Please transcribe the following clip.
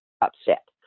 upset